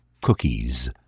cookies